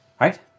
right